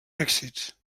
èxits